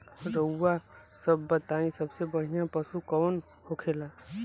रउआ सभ बताई सबसे बढ़ियां पशु कवन होखेला?